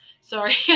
Sorry